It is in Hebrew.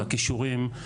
על הכישורים,